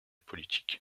politique